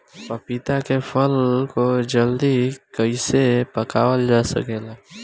पपिता के फल को जल्दी कइसे पकावल जा सकेला?